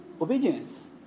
obedience